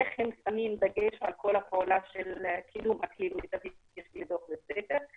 איך הם שמים דגש על הפעולה של אקלים מיטבי בתוך בית הספר.